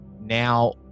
now